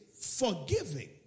forgiving